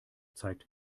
zeigt